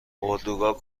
اردوگاه